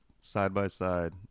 side-by-side